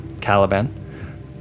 Caliban